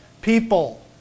people